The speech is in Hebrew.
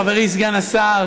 חברי סגן השר,